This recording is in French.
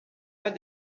pas